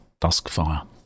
Duskfire